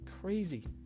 crazy